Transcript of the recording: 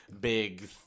big